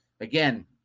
again